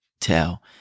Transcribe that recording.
tell